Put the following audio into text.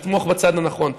לתמוך בצד הנכון,